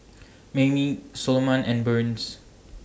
Mayme Soloman and Burns